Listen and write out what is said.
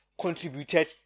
contributed